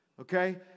Okay